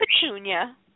Petunia